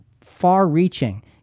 far-reaching